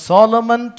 Solomon